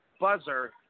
Buzzer